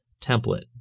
template